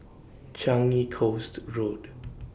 Changi Coast Road